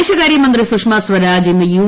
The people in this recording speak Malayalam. വിദേശകാര്യ മന്ത്രി സുഷമാസ്വരാജ് ഇന്ന് യു